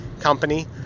company